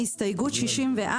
שלושה ימים יכול גם ליפול על